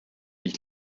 ich